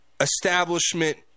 establishment